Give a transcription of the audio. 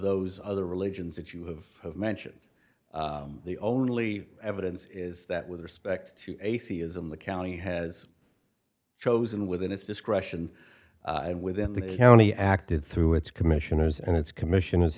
those other religions that you have mentioned the only evidence is that with respect to atheism the county has chosen within its discretion and within the county acted through its commissioners and its commission